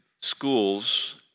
schools